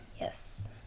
Yes